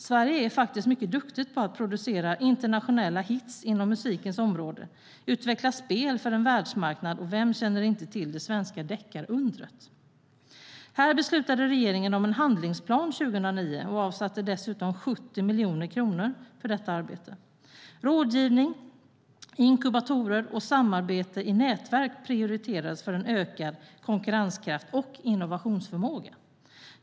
Sverige är faktiskt mycket duktigt på att producera internationella hits inom musikens område, utveckla spel för en världsmarknad, och vem känner inte till det svenska deckarundret? Här beslutade regeringen om en handlingsplan 2009 och avsatte dessutom 70 miljoner kronor för detta arbete. Rådgivning, inkubatorer och samarbete i nätverk prioriterades för en ökad konkurrenskraft och innovationsförmåga.